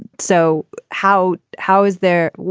so how how is there.